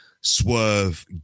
swerve